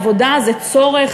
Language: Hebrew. עבודה זה צורך,